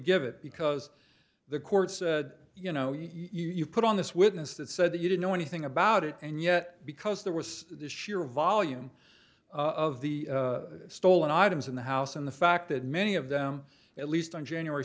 give it because the court said you know you put on this witness that said that you don't know anything about it and yet because there was the sheer volume of the stolen items in the house and the fact that many of them at least on january